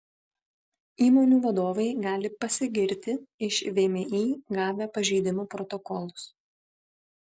įmonių vadovai gali pasigirti iš vmi gavę pažeidimų protokolus